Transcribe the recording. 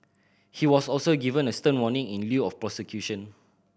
he was also given a stern warning in lieu of prosecution